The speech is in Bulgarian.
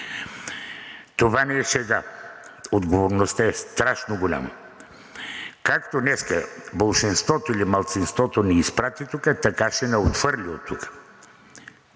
Това не е шега. Отговорността е страшно голяма. Както днес болшинството или малцинството ни изпрати тук, така ще ни отхвърли оттук.